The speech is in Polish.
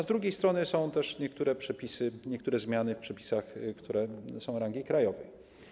Z drugiej strony są też niektóre przepisy, niektóre zmiany w przepisach, które mają rangę krajową.